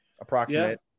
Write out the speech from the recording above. Approximate